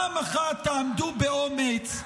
פעם אחת תעמדו באומץ,